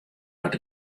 dat